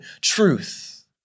truth